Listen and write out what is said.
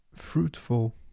fruitful